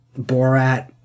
borat